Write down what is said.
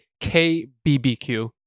KBBQ